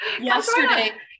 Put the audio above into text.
Yesterday